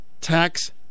tax